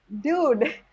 dude